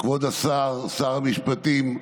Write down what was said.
כבוד השר, שר המשפטים,